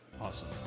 awesome